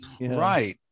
right